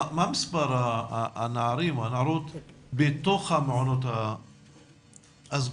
מה מספר הנערים או הנערות בתוך המעונות הסגורים?